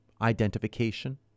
identification